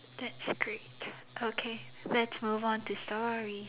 that's great okay let's move on to story